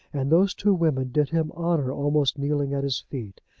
and those two women did him honour, almost kneeling at his feet.